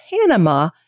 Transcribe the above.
Panama